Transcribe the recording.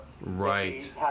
Right